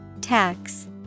Tax